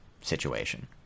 situation